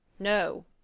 No